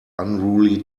unruly